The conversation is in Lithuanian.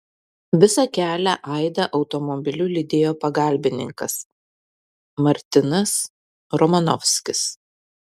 visą kelią aidą automobiliu lydėjo pagalbininkas martinas romanovskis